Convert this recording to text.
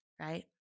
right